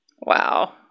Wow